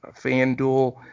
FanDuel